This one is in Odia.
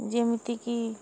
ଯେମିତିକି